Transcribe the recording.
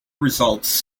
results